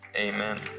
Amen